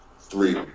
three